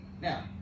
Now